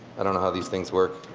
i don't know how these things work.